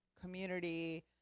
community